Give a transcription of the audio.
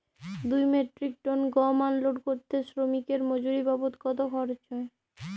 দুই metric ton গম unload করতে শ্রমিক এর মজুরি বাবদ কত খরচ হয়?